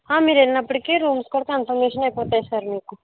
మీరెళ్లినప్పటికి rooms కూడా confirmation అయిపోతాయ్ sir మీకు